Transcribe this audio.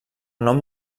nom